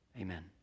Amen